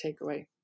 takeaway